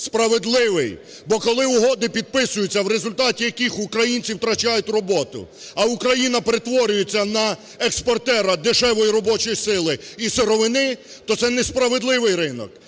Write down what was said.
Справедливий! Бо коли угоди підписуються, в результаті яких українці втрачають роботу, а Україна перетворюється на експортера дешевої робочої сили і сировини, то це не справедливий ринок.